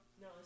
No